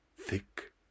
thick